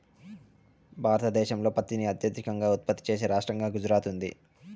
భారతదేశంలో పత్తిని అత్యధికంగా ఉత్పత్తి చేసే రాష్టంగా గుజరాత్ ఉంది